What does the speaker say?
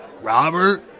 Robert